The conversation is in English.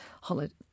holiday